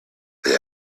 they